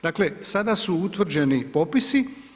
Dakle, sada su utvrđeni popisi.